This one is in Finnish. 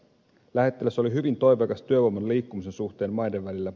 lähettiläs oli hyvin toiveikas työvoiman liikkumisen suhteen maiden välillä